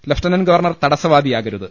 lieutenant governor തടസ്സവാദിയാകരുത്